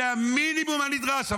זה המינימום הנדרש.